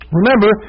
Remember